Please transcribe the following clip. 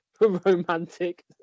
romantic